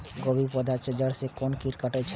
गोभी के पोधा के जड़ से कोन कीट कटे छे?